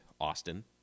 Austin